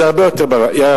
זה הרבה יותר בעייתי.